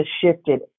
shifted